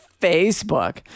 Facebook